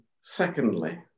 secondly